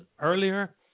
earlier